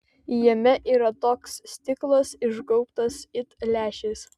jame yra toks stiklas išgaubtas it lęšis